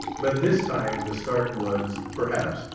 but this time the start was, perhaps,